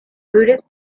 buddhist